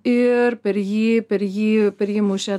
ir per jį per jį per jį mušė